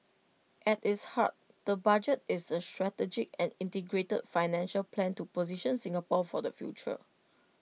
at its heart the budget is A strategic and integrated financial plan to position Singapore for the future